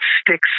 sticks